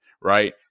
right